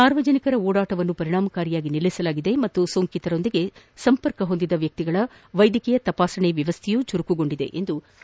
ಸಾರ್ವಜನಿಕರ ಓಡಾಟವನ್ನು ಪರಿಣಾಮಕಾರಿಯಾಗಿ ನಿಲ್ಲಿಸಲಾಗಿದೆ ಮತ್ತು ಸೋಂಕಿತರೊಂದಿಗೆ ಸಂಪರ್ಕ ಹೊಂದಿದ ವ್ಯಕ್ತಿಗಳ ವೈದ್ಯಕೀಯ ತಪಾಸಣೆ ವ್ಯವಸ್ಥೆಯೂ ಚುರುಕುಗೊಂಡಿದೆ ಎಂದರು